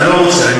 אתה לא רוצה.